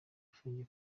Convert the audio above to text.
bafungiwe